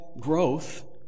growth